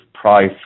price